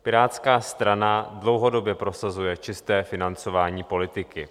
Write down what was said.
Pirátská strana dlouhodobě prosazuje čisté financování politiky.